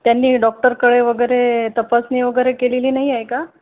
त्यांनी डॉक्टरकडे वगैरे तपासणी वगैरे केलेली नाही आहे का